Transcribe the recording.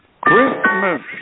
Christmas